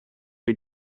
wir